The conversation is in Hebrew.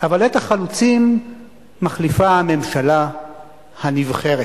אבל את החלוצים מחליפה הממשלה הנבחרת,